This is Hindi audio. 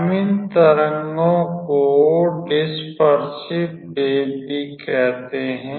हम इन तरंगों को डिसपरसिव वेव भी कहते हैं